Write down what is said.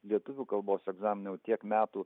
lietuvių kalbos egzaminą jau tiek metų